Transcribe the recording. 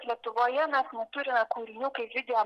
lietuvoje mes neturime kūrinių kaip video